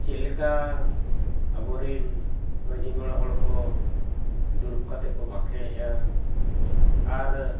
ᱪᱮᱫ ᱞᱮᱠᱟ ᱟᱵᱚᱨᱮᱱ ᱢᱟᱺᱡᱷᱤ ᱢᱚᱬᱮ ᱦᱚᱲ ᱠᱚ ᱫᱩᱲᱩᱵ ᱠᱟᱛᱮᱫ ᱠᱚ ᱵᱟᱸᱠᱷᱮᱬᱮᱜᱼᱟ ᱟᱨ